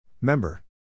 Member